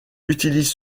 utilise